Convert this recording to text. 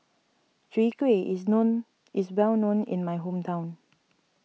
Chwee Kueh is known is well known in my hometown